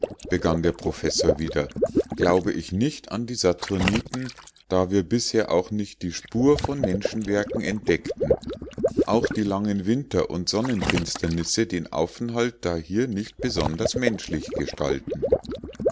begann der professor wieder glaube ich nicht an die saturniten da wir bisher auch nicht die spur von menschenwerken entdeckten auch die langen winter und sonnenfinsternisse den aufenthalt dahier nicht besonders menschlich gestalten